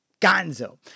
Gonzo